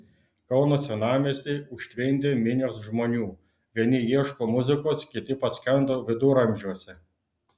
kauno senamiestį užtvindė minios žmonių vieni ieško muzikos kiti paskendo viduramžiuose